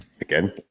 again